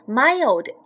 mild